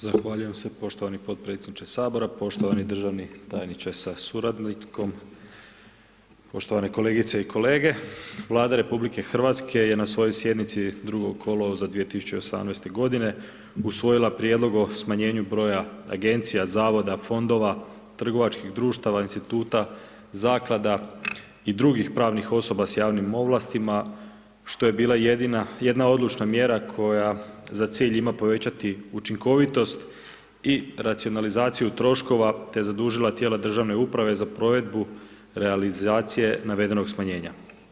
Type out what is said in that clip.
Zahvaljujem se poštovani potpredsjedniče Sabora, poštovani državni tajniče sa suradnikom, poštovane kolegice i kolege, vlada RH, je na svojoj sjednici 2. kolovoza 2018. g. usvojila prijedlog o smanjenju broja agencija, zavoda, fondova, trgovačkih društava, instituta, zaklada, i drugih pravnih osoba s javnim ovlastima, što je bila jedna odlična mjera, koja za cilj ima povećati učinkovitost i racionalizaciju troškova te zadužila tijela državne uprave za provedbu realizacije navedenog smanjenja.